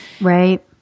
Right